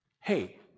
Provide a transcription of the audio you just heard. hey